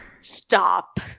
Stop